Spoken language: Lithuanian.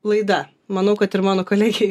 laida manau kad ir mano kolegei